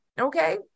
okay